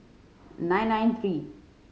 nine nine three